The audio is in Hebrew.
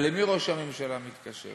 אבל למי ראש הממשלה מתקשר?